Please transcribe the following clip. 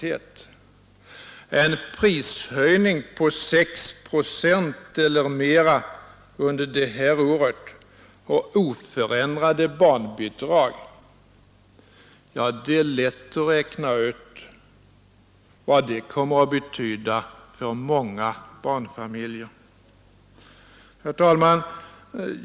Det är lätt att räkna ut vad en prishöjning på 6 procent eller mera under det här året och oförändrade barnbidrag kommer att betyda för många barnfamiljer. Herr talman!